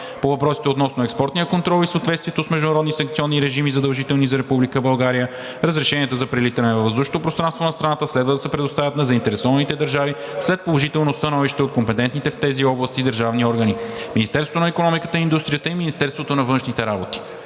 По въпросите относно експортния контрол и съответствието с международни секционни режими, задължителни за Република България, разрешенията за прелитане във въздушното пространство на страната следва да се предоставят на заинтересованите държави след положително становище от компетентните в тези области държавни органи – Министерството на икономиката и индустрията и Министерството на външните работи.